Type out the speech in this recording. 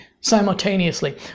simultaneously